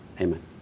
Amen